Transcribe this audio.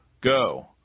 Go